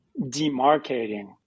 demarcating